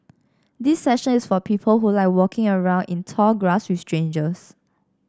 this session is for people who like walking around in tall grass with strangers